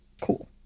Cool